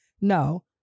No